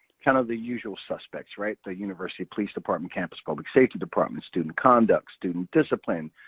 kind of the usual suspects right? the university police department, campus public safety department, student conduct, student discipline,